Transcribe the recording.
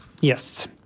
Yes